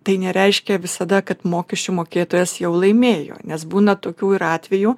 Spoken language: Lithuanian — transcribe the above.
tai nereiškia visada kad mokesčių mokėtojas jau laimėjo nes būna tokių ir atvejų